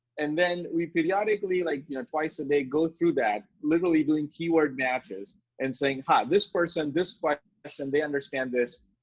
and then we periodically like you know twice a day go through that, literally doing keyword matches and saying, hah, this person, this like person, and they understand this,